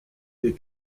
des